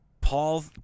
Paul